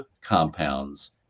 compounds